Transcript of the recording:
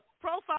Profile